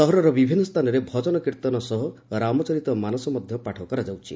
ସହରର ବିଭିନ୍ନ ସ୍ଥାନରେ ଭଜନ କୀର୍ତ୍ତନ ସହ ରାମଚରିତ ମାନସ ମଧ୍ୟ ପାଠ କରାଯାଉଛି